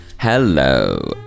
Hello